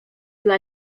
dla